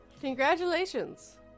Congratulations